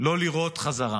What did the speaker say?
לא לירות בחזרה